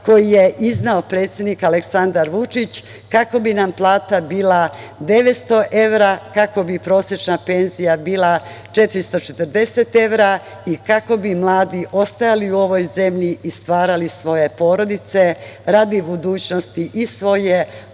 koji je izneo predsednik Aleksandar Vučić, kako bi nam plata bila 900 evra, kako bi prosečna penzija bila 440 evra i kako bi mladi ostajali u ovoj zemlji i stvarali svoje porodice radi budućnosti i svoje, ali